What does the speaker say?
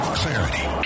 clarity